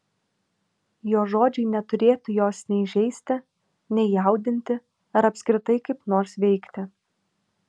jo žodžiai neturėtų jos nei žeisti nei jaudinti ar apskritai kaip nors veikti